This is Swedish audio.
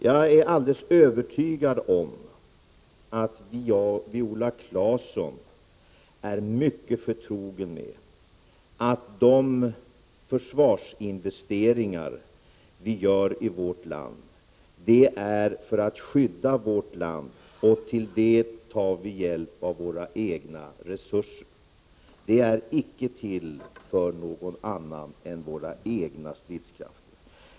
Jag är alldeles övertygad om att Viola Claesson är mycket förtrogen med att de försvarsinvesteringar vi gör i vårt land sker för att skydda vårt land. För att göra detta tar vi hjälp av våra egna resurser. Vårt försvar är icke till för några andra stridskrafter än våra egna.